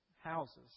Houses